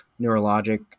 neurologic